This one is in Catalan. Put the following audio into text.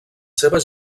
seves